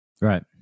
Right